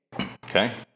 Okay